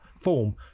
form